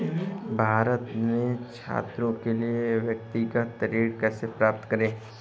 भारत में छात्रों के लिए व्यक्तिगत ऋण कैसे प्राप्त करें?